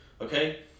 okay